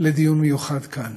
לדיון מיוחד גם כאן.